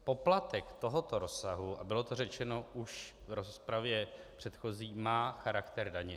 Poplatek tohoto rozsahu a bylo to řečeno už v rozpravě předchozí má charakter daně.